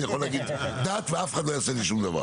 אני יכול להגיד דת ואף אחד לא יעשה לי שום דבר...